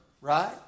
right